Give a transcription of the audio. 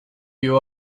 you